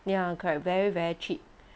ya correct very very cheap